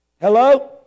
Hello